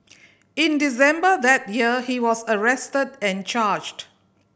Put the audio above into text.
in December that year he was arrested and charged